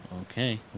Okay